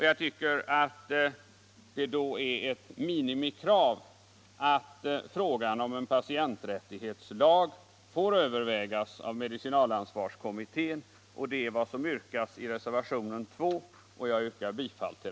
Jag tycker att det då är ett minimikrav att frågan om en patienträttighetslag får övervägas av medicinalansvarskommittén. Det är vad som yrkas i reservationen 2, som jag yrkar bifall till.